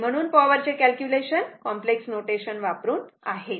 म्हणून पॉवर चे calculation complex notation वापरून आहेत